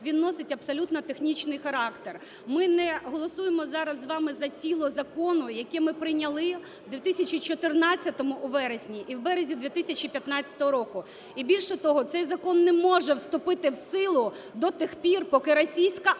він носить абсолютно технічний характер. Ми не голосуємо зараз з вами за тіло закону, яке ми прийняли в 2014 у вересні і в березні 2015 року. І більше того, цей закон не може вступити в силу до тих пір, поки російська армія,